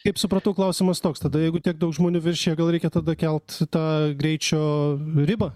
kaip supratau klausimas toks tada jeigu tiek daug žmonių viršija gal reikia tada kelt tą greičio ribą